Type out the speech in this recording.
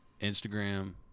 Instagram